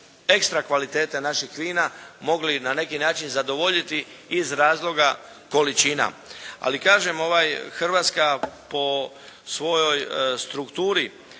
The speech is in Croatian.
ekstra kvalitete naših vina mogli na neki način zadovoljiti iz razloga količina. Kažem ovaj Hrvatska, po svojoj strukturi,